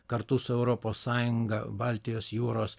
kartu su europos sąjunga baltijos jūros